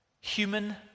human